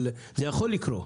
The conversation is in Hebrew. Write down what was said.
אבל זה יכול לקרות.